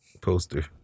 Poster